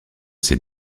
ses